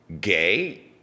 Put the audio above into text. gay